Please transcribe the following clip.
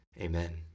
Amen